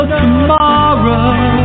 tomorrow